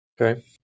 Okay